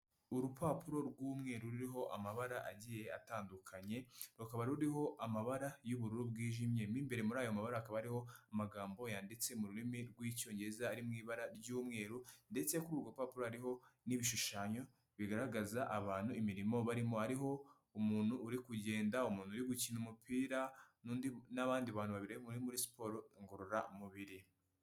Urupapuro rw'umweru ruriho amabara agiye atandukanye, rukaba ruriho amabara y'ubururu bwijimye, mo imbere muri ayo mabara hakaba hariho amagambo yanditse mu rurimi rw'Icyongereza ari mu ibara ry'umweru, ndetse kuri urwo rupapuro hariho n'ibishushanyo bigaragaza abantu imirimo barimo, hariho umuntu uri kugenda, umuntu uri gukina umupira n'abandi bantu babiri bari muri siporo ngororamubiri.